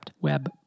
web